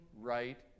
right